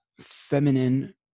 feminine